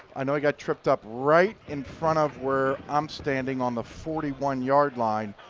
i know he got tripped up right in front of where i'm standing on the forty one yard line.